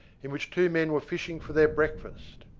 in which two men were fishing for their breakfast,